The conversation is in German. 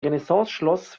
renaissanceschloss